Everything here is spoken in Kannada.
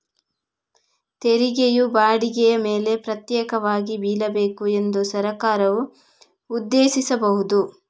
ತೆರಿಗೆಯು ಬಾಡಿಗೆಯ ಮೇಲೆ ಪ್ರತ್ಯೇಕವಾಗಿ ಬೀಳಬೇಕು ಎಂದು ಸರ್ಕಾರವು ಉದ್ದೇಶಿಸಬಹುದು